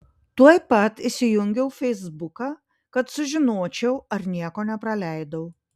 tuoj pat įsijungiau feisbuką kad sužinočiau ar nieko nepraleidau